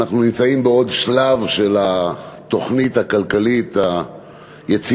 אנחנו נמצאים בעוד שלב של התוכנית הכלכלית היצירתית,